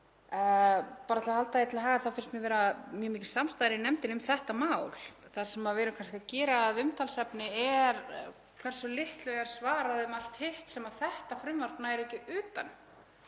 Bara til að halda því til haga þá finnst mér vera mjög mikil samstaða í nefndinni um þetta mál. Það sem við erum kannski að gera að umtalsefni er hversu litlu er svarað um allt hitt sem þetta frumvarp nær ekki utan